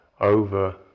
over